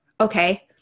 Okay